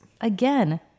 again